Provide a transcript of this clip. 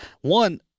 one